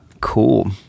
Cool